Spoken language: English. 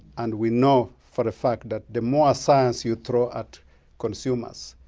and we know for a fact that the more science you throw at consumers,